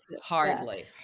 hardly